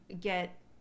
get